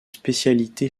spécialité